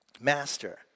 Master